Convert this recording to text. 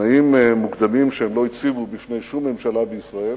תנאים מוקדמים שהם לא הציבו בפני שום ממשלה בישראל